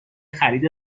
خرید